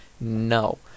No